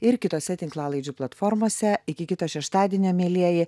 ir kitose tinklalaidžių platformose iki kito šeštadienio mielieji